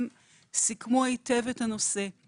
הנה, תתחילו לעשות חשיפה, אאוטינג.